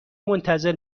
منتظر